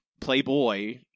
playboy